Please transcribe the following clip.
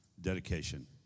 dedication